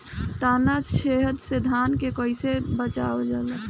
ताना छेदक से धान के कइसे बचावल जाला?